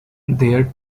their